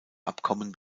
abkommen